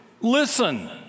Listen